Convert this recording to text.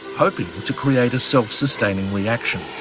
hoping to create a self-sustaining reaction.